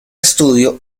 estudio